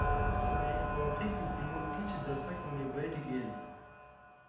विश्व में कॉफ़ीक उपयोग किछ दशक में बैढ़ गेल